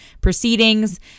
proceedings